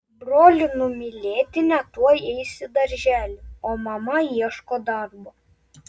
brolių numylėtinė tuoj eis į darželį o mama ieško darbo